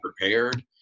prepared